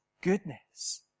goodness